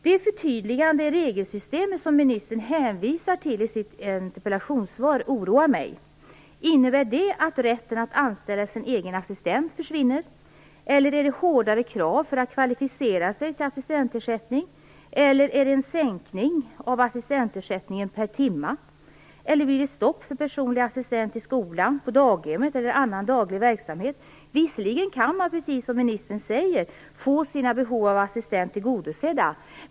Det förtydligande regelsystem som ministern hänvisar till i sitt interpellationssvar oroar mig. Innebär det att rätten att anställa sin egen assistent försvinner? Blir det hårdare krav för att kvalificera sig till assistansersättning? Blir det en sänkning av assistansersättningen per timme? Blir det stopp för personlig assistent i skolan, på daghemmet eller i annan daglig verksamhet? Visserligen kan man, precis som ministern säger, få sina behov av assistans tillgodosedda.